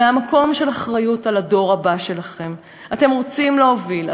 מהמקום של אחריות לדור הבא שלכם: אתם רוצים להוביל,